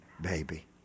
baby